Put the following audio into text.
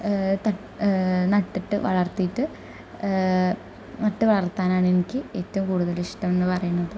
തട്ട് നട്ടിട്ട് വളർത്തിയിട്ട് നട്ട് വളർത്താനാണ് എനിക്ക് ഏറ്റവും കൂടുതൽ ഇഷ്ടം എന്ന് പറയുന്നത്